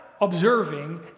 observing